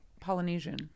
Polynesian